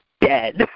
dead